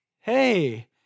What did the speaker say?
hey